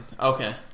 Okay